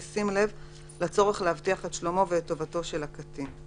בשים לב לצורך להבטיח את שלומו ואת טובתו של הקטין.